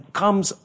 comes